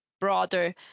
broader